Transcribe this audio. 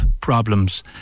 problems